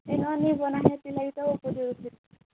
ସେନ ନା ନି ବନା ସେଥି ଲାଗି ତ ଉପରୁ ଉଠିଲୁ